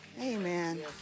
Amen